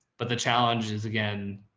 but the challenge is, again,